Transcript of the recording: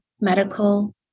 medical